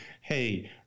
hey